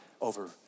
over